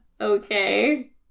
Okay